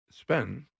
spend